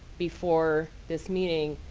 before this meeting,